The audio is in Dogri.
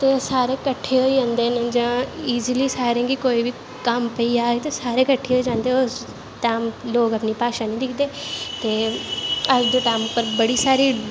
ते सारे कट्ठे होई जदे न कोई बी इज़ली कम्म पेई जाए ते सारे किट्ठे होई जंदे लोग अपनी भाशा नी दिखदे ते अज्ज कल लोग बड़ी सारी